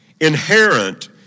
Inherent